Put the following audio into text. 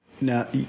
Now